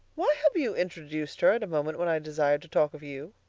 why have you introduced her at a moment when i desired to talk of you?